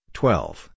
twelve